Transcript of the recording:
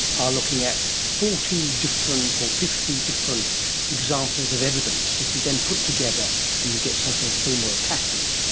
ah looking at forty or fifty different examples of evidence which you then put together and you get some sort of theme or a pattern,